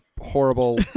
horrible